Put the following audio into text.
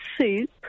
Soup